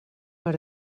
per